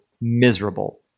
miserable